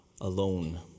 alone